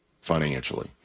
financially